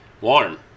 warm